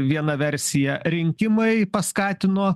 viena versija rinkimai paskatino